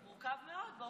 מורכב מאוד.